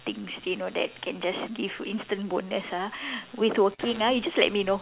things you know that can just give instant bonus ah with working ah you just let me know